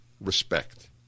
respect